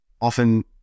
often